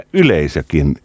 yleisökin